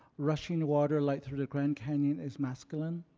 rushing water, like through the grand canyon, is masculine.